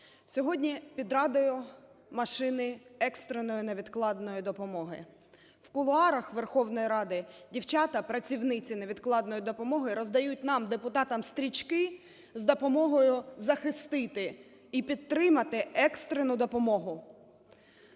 Сьогодні під Радою машині екстреної невідкладної допомоги. В кулуарах Верховної Ради дівчата-працівниці невідкладної допомоги роздають нам, депутатам, стрічки з допомогою… захистити і підтримати екстрену допомогу.